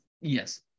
Yes